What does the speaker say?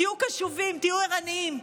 תהיו קשובים, תהיו ערניים.